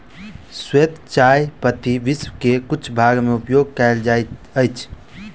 श्वेत चाह पत्ती विश्व के किछ भाग में उपयोग कयल जाइत अछि